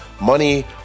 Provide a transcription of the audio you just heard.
money